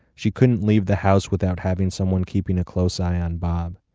she couldn't leave the house without having someone keeping a close eye on bob.